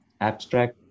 abstract